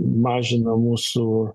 mažina mūsų